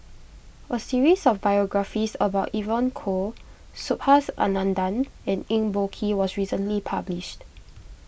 a series of biographies about Evon Kow Subhas Anandan and Eng Boh Kee was recently published